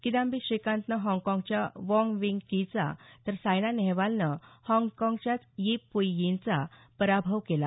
किदांबी श्रीकांतनं हाँगकाँगच्या Wong Wing कीचा तर सायना नेहवालनं हाँगकाँगच्याच यिप पूई यिनचा पराभव केला